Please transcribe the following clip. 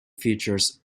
features